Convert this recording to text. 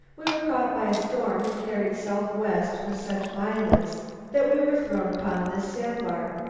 we were caught by a storm and carried southwest with such violence that we were thrown upon this sandbar.